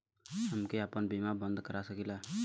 हमके आपन बीमा बन्द कर सकीला?